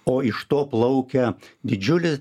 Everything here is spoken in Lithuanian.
o iš to plaukia didžiulis